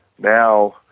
Now